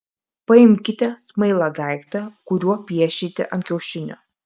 paimkite smailą daiktą kuriuo piešite ant kiaušinio